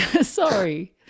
Sorry